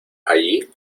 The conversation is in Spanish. allí